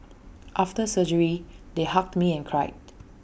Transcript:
after surgery they hugged me and cried